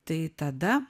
tai tada